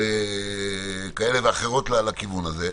כאלה ואחרות לכיוון הזה,